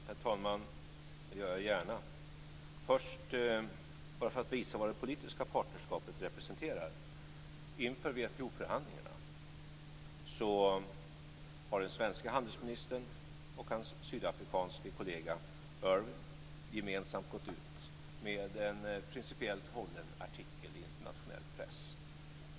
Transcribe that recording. Herr talman! Det gör jag gärna. Men först vill jag, bara för att visa vad det politiska partnerskapet representerar, säga följande. Inför WTO-förhandlingarna har den svenske handelsministern och hans sydafrikanske kollega Erwin gemensamt gått ut med en principiellt hållen artikel i internationell press.